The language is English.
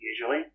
usually